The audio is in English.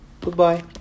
Goodbye